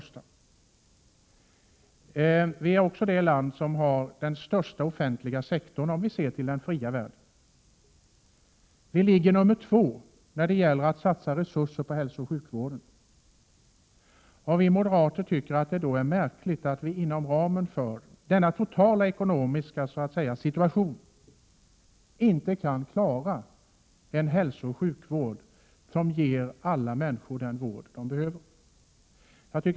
Sverige är också det land som har den största offentliga sektorn, om man ser till den fria världen. Sverige är nummer två när det gäller att satsa resurser på hälsooch sjukvården. Vi moderater tycker att det då är märkligt att man inom ramen för denna totala ekonomiska situation inte kan klara den hälsooch sjukvård som ger alla människor den vård de behöver.